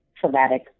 traumatic